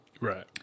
Right